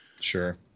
Sure